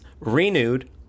Renewed